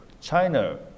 China